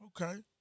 Okay